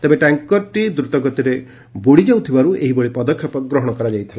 ତେବେ ଟ୍ୟାଙ୍କରଟି ଦ୍ରତଗତିରେ ବୁଡ଼ିଯାଉଥିବାରୁ ଏହିଭଳି ପଦକ୍ଷେପ ଗ୍ରହଣ କରାଯାଇଥିଲା